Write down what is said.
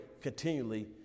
continually